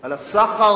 על הסחר